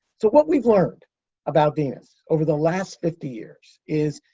so, what we've learned about venus over the last fifty years is,